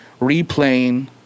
Replaying